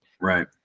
right